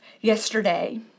yesterday